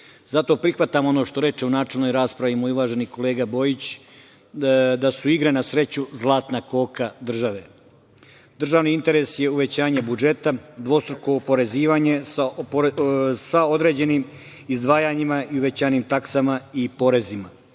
Zato prihvatam ono što reče u načelnoj raspravi moj uvaženi kolega, Bojić, da su igre na sreću zlatna koka države. Državni interes je uvećanje budžeta, dvostruko oporezivanje sa određenim izdvajanjima i uvećanim taksama i porezima. Znači,